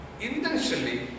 intentionally